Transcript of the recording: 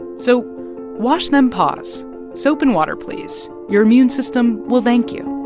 so wash them paws soap and water, please. your immune system will thank you